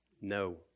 No